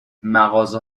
مغازه